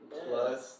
plus